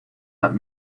let